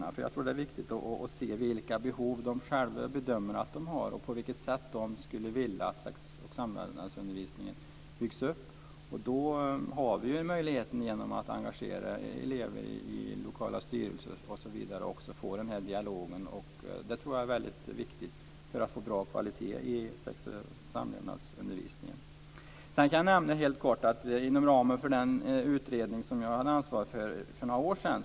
Jag tror nämligen att det är viktigt att se vilka behov de själva bedömer att de har och på vilket sätt de skulle vilja att sex och samlevnadsundervisningen byggs upp. Vi har en möjlighet genom att engagera elever i lokala styrelser osv. och därmed få en sådan dialog. Det är viktigt för att få bra kvalitet på sex och samlevnadsundervisningen. Jag kan helt kort nämna något om den utredning som jag hade ansvar för för några år sedan.